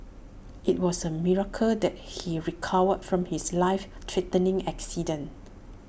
IT was A miracle that he recovered from his life threatening accident